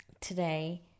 today